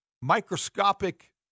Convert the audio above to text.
microscopic